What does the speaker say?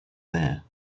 there